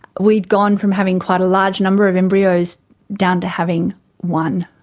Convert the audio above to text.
we had gone from having quite a large number of embryos down to having one,